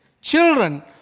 children